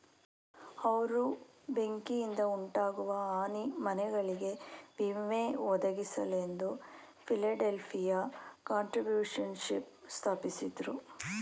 ಅವ್ರು ಬೆಂಕಿಯಿಂದಉಂಟಾಗುವ ಹಾನಿ ಮನೆಗಳಿಗೆ ವಿಮೆ ಒದಗಿಸಲೆಂದು ಫಿಲಡೆಲ್ಫಿಯ ಕಾಂಟ್ರಿಬ್ಯೂಶನ್ಶಿಪ್ ಸ್ಥಾಪಿಸಿದ್ರು